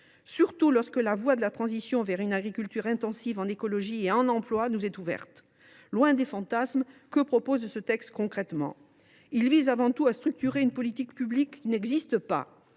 surtout lorsque la voie de la transition vers une agriculture intensive en emplois et respectueuse de l’environnement nous est ouverte. Loin des fantasmes, que propose ce texte concrètement ? Il vise avant tout à structurer une politique publique qui n’existe pas,